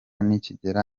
nikigera